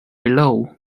below